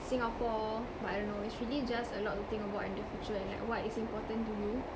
singapore but I don't know it's really just a lot to think about in the future and like what is important to you